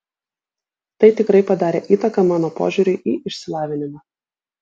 tai tikrai padarė įtaką mano požiūriui į išsilavinimą